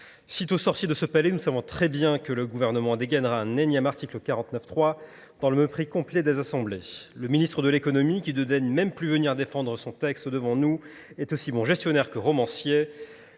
Cite au sorti de ce palais, nous savons très bien que le gouvernement dégainera un énième article 49.3 dans le mépris complet des assemblées. Le ministre de l'économie, qui ne daigne même plus venir défendre son texte devant nous, est aussi bon gestionnaire que romancier.